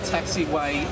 Taxiway